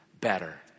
Better